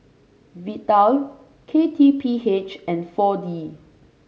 Vital K T P H and four D